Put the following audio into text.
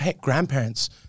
grandparents